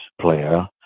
player